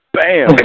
Bam